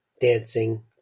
dancing